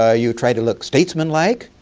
ah you try to look statesman like.